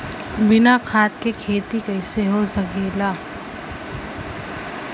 बिना खाद के खेती कइसे हो सकेला?